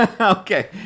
Okay